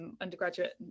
undergraduate